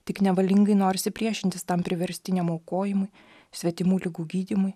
tik nevalingai norisi priešintis tam priverstiniam aukojimui svetimų ligų gydymui